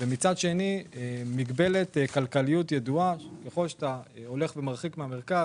ואם בגלל מגבלת כלכליות ידועה ככל שאתה הולך ומרחיק מהמרכז,